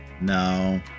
No